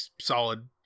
Solid